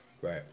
Right